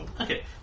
Okay